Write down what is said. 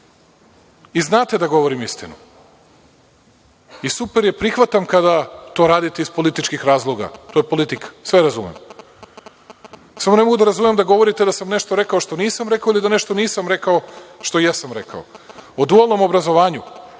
i znate da govorim istinu. Super je prihvatam kada to radite iz političkih razloga, to je politika, sve razumem. Samo ne mogu da razumem da govorite da sam nešto rekao što nisam rekao ili da nešto nisam rekao što jesam rekao.O dualnom obrazovanju,